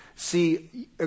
See